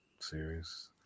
series